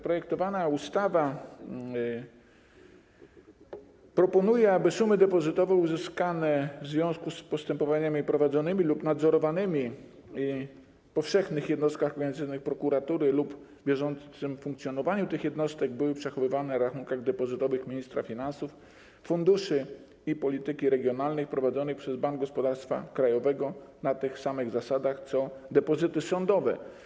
Projektowana ustawa proponuje, aby sumy depozytowe uzyskane w związku z postępowaniami prowadzonymi lub nadzorowanymi w powszechnych jednostkach m.in. prokuratury lub z bieżącym funkcjonowaniem tych jednostek, były przechowywane na rachunkach depozytowych ministra finansów, funduszy i polityki regionalnej, prowadzonych przez Bank Gospodarstwa Krajowego, na tych samych zasadach co depozyty sądowe.